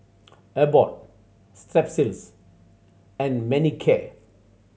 Abbott Strepsils and Manicare